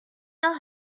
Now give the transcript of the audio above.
are